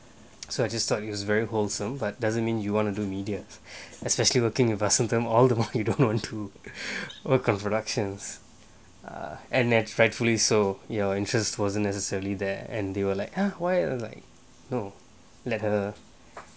so I just thought it was very wholesome but doesn't mean you wanna do media especially working with a symptom all the money you don't want to work on productions and net rightfully so your interest wasn't necessarily there and they were like eh why ah like no let her